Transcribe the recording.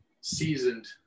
seasoned